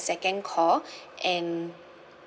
second call and